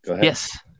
yes